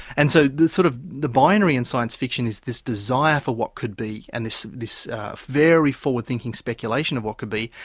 and so sort of the binary in science fiction is this desire for what could be and this this very forward-thinking speculation of what could be,